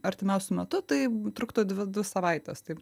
artimiausiu metu tai truktų dvi savaites taip